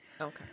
Okay